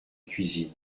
cuisine